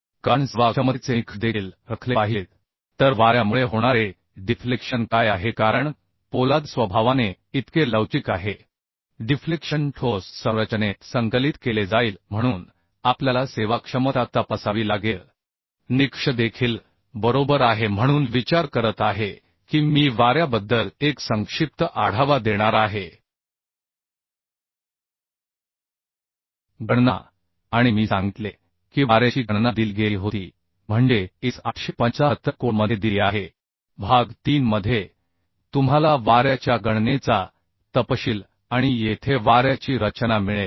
कारण सेवाक्षमतेचे निकष देखील राखले पाहिजेत तर वाऱ्यामुळे होणारे डिफलेक्शन काय आहे कारण पोलाद स्वभावाने इतके लवचिक आहे डिफलेक्शन ठोस संरचनेत संकलित केले जाईल म्हणून आपल्याला सेवाक्षमता तपासावी लागेल निकष देखील बरोबर आहे म्हणून विचार करत आहे की मी वाऱ्याबद्दल एक संक्षिप्त आढावा देणार आहे गणना आणि मी सांगितले की वाऱ्याची गणना दिली गेली होती म्हणजे IS 875 भाग 3कोडमध्ये दिली आहे तुम्हाला वाऱ्याच्या गणनेचा तपशील आणि येथे वाऱ्याची रचना मिळेल